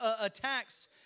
attacks